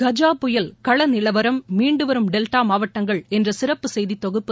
கஜா புயல் கள நிலவரம் மீண்டு வரும் டெல்டா மாவட்டங்கள் என்ற சிறப்பு செய்தித் தொகுப்பு